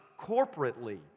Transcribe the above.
corporately